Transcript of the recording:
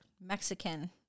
Mexican